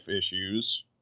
issues